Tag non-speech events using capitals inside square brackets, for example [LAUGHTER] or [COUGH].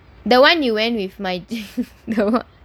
the [one] you went with my [LAUGHS]